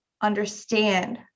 understand